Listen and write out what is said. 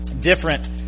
different